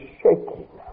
shaking